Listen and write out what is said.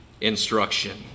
instruction